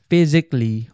Physically